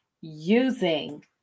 using